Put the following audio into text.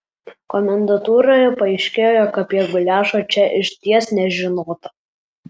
komendantūroje paaiškėjo jog apie guliašą čia išties nežinota